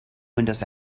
windows